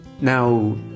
now